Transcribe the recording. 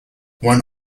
one